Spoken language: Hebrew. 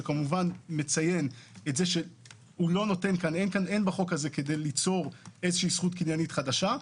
שכמובן מציין שאין בחוק הזה כדי ליצור איזו זכות קניינית חדשה.